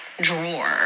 drawer